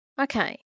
Okay